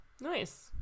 nice